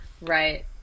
right